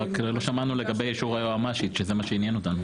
רק לא שמענו לגבי אישור היועמ"שית שזה מה שעניין אותנו.